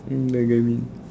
mm I get what you mean